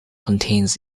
contains